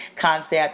concept